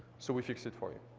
so we fixed it for you.